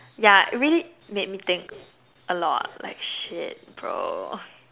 yeah really made me think a lot like shit bro